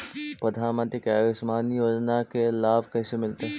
प्रधानमंत्री के आयुषमान योजना के लाभ कैसे मिलतै?